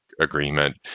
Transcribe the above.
agreement